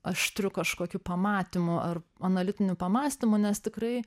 aštriu kažkokiu pamatymo ar analitiniu pamąstymu nes tikrai